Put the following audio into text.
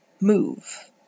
move